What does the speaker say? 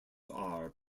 are